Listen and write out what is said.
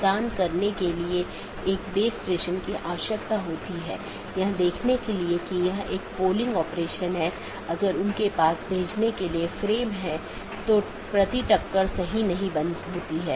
अगर जानकारी में कोई परिवर्तन होता है या रीचचबिलिटी की जानकारी को अपडेट करते हैं तो अपडेट संदेश में साथियों के बीच इसका आदान प्रदान होता है